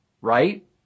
right